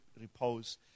repose